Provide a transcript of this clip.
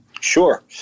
Sure